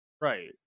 Right